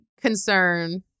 concern